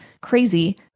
crazy